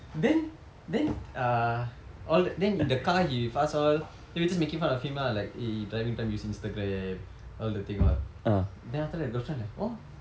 then then err all then in the car he with us all then we just making fun of him ah like eh driving time use Instagram all that thing all then after that the girlfriend like !wah!